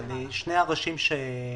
הידי העלה שני נושאים,